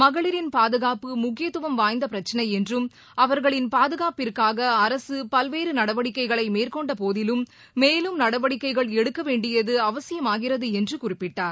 மகளிரின் பாதுகாப்பு முக்கியத்துவம் வாய்ந்த பிரச்சினை என்றும் அவர்களின் பாதுகாப்பிற்காக அரசு பல்வேறு நடவடிக்கைகளை மேற்கொண்டபோதிலும் மேலும் நடவடிக்கைகள் எடுக்க வேண்டியது அவசியமாகிறது என்று குறிப்பிட்டார்